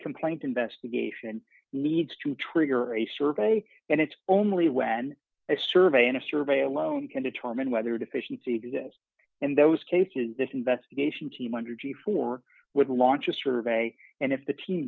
complaint investigation needs to trigger a survey and it's only when a survey and a survey alone can determine whether deficiency exist in those cases this investigation team under g four would launch a survey and if the team